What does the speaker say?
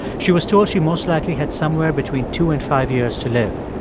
she was told she most likely had somewhere between two and five years to live.